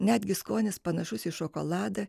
netgi skonis panašus į šokoladą